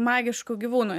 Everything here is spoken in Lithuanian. magiškų gyvūnų